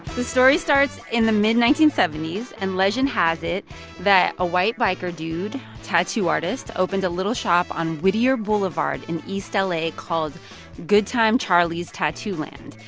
the story starts in the mid nineteen seventy s. and legend has it that a white biker dude tattoo artist opened a little shop on whittier boulevard in east ah la called good time charlie's tattooland.